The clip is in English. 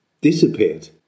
disappeared